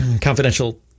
confidential